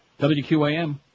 WQAM